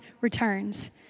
returns